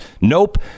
nope